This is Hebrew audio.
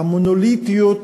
המונוליטיות,